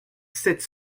sept